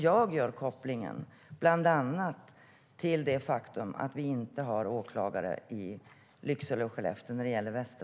Jag gör en koppling bland annat till det faktum att vi i Västerbotten inte har åklagare i Lycksele och Skellefteå.